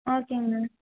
ஓகேங்ண்ணா